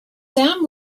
sam